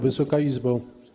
Wysoka Izbo!